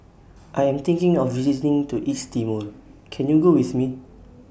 I Am thinking of visiting to East Timor Can YOU Go with Me